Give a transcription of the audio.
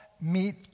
meet